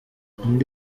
undi